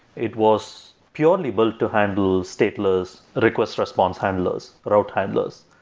it was purely built to handle stateless request response handlers, but route handlers.